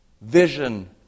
vision